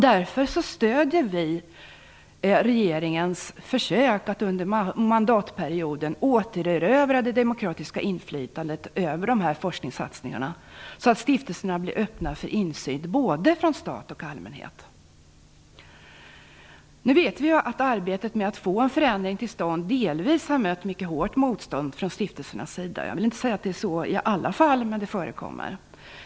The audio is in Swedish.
Därför stöder vi regeringens försök att under mandatperioden återerövra det demokratiska inflytandet över dessa forskningssatsningar så att stiftelserna blir öppna för insyn både från stat och från allmänhet. Vi vet att arbetet med att få en förändring till stånd delvis har mött mycket hårt motstånd från stiftelsernas sida. Jag vill inte säga att det gäller alla fall, men det förekommer.